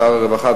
לשר הרווחה,